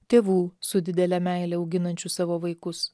tėvų su didele meile auginančių savo vaikus